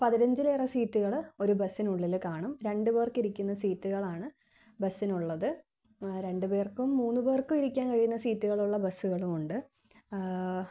പതിനഞ്ചിലേറെ സീറ്റുകൾ ഒരു ബസ്സിനുള്ളിൽ കാണും രണ്ടുപേർക്ക് ഇരിക്കുന്ന സീറ്റുകളാണ് ബസ്സിനുള്ളത് രണ്ടുപേർക്കും മൂന്നുപേർക്കും ഇരിക്കാൻ കഴിയുന്ന സീറ്റുകളുള്ള ബസ്സുകളും ഉണ്ട്